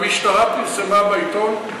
המשטרה פרסמה בעיתון,